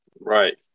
Right